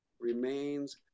remains